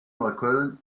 neukölln